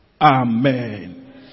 Amen